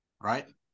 right